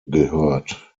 gehört